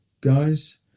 guys